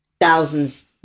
thousands